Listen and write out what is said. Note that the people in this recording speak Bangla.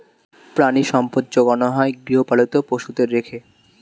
প্রাণিসম্পদ যোগানো হয় গৃহপালিত পশুদের রেখে